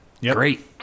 Great